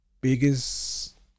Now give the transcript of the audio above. biggest